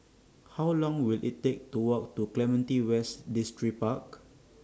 How Long Will IT Take to Walk to Clementi West Distripark